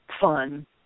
fun